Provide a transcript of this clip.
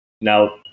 now